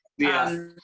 yeah.